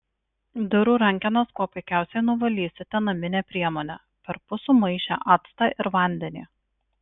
durų rankenas kuo puikiausiai nuvalysite namine priemone perpus sumaišę actą ir vandenį